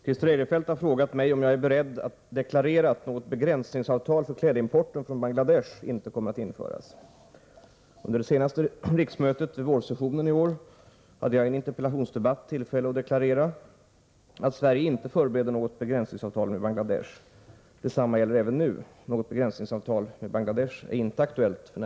Herr talman! Christer Eirefelt har frågat mig om jag är beredd deklarera att något begränsningsavtal för klädimporten från Bangladesh inte kommer att införas. Under det senaste riksmötet, vid vårsessionen i år, hade jag i en interpellationsdebatt tillfälle deklarera att Sverige inte förbereder något begränsningsavtal med Bangladesh. Detsamma gäller även nu. Något begränsningsavtal med Bangladesh är inte aktuellt f. n.